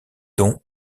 dont